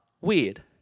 weird